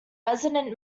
resident